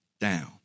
down